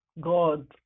God